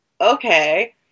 okay